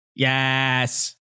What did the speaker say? yes